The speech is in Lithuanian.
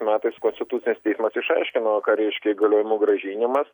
metais konstitucinis teismas išaiškino ką reiškia įgaliojimų grąžinimas